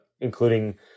including